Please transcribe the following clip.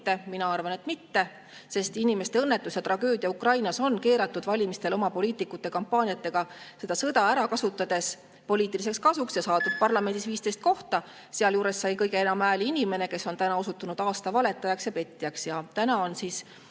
Mina arvan, et ei ole. Ukraina inimeste õnnetus ja tragöödia on keeratud valimistel oma kampaaniates seda sõda ära kasutades poliitiliseks kasuks ja saadud parlamendis 15 kohta. Sealjuures sai kõige enam hääli inimene, kes on täna osutunud aasta valetajaks ja petjaks. Nüüd on